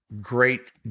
Great